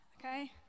okay